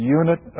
unit